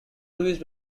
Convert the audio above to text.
louise